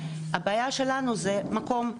הבעיה שלנו זה מקום,